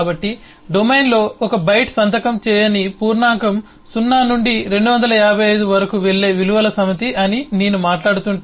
కాబట్టి డొమైన్లో 1 బైట్ సంతకం చేయని పూర్ణాంకం 0 నుండి 255 వరకు వెళ్లే విలువల సమితి అని నేను మాట్లాడుతుంటే